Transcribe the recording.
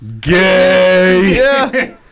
Gay